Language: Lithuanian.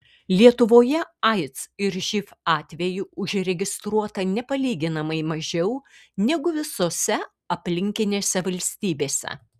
lietuvoje aids ir živ atvejų užregistruota nepalyginamai mažiau negu visose aplinkinėse valstybėse